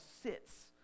sits